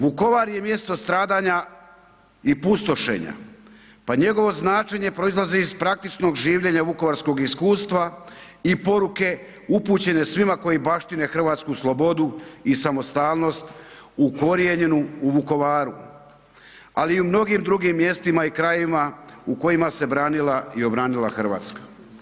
Vukovar je mjesto stradanja i pustošenja pa njegovo značenje proizlazi iz praktičnog življenja vukovarskog iskustva i poruke upućene svima koji baštine hrvatsku slobodu i samostalnost ukorijenjenu u Vukovaru, ali i u mnogim drugim mjestima i krajevima u kojima se branila i obranila Hrvatska.